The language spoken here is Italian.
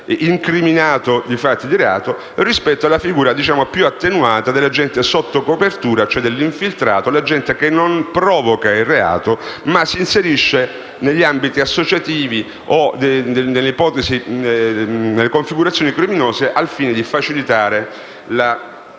incriminato di fatti di reato, rispetto alla figura più attenuata dell'agente sotto copertura, cioè dell'infiltrato, l'agente che non provoca il reato, ma si inserisce negli ambiti associativi o nelle configurazioni criminose al fine di facilitare